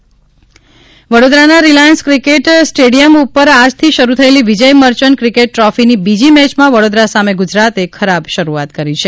વિજય મર્ચનટ વડોદરાના Reliance cricket stadium ઉપર આજથી શરૂ થયેલી વિજય મર્યન્ટ ક્રિકેટ ટ્રોફીની બીજી મેચમાં વડોદરા સામે ગુજરાત ખરાબ શરૂઆત કરી છે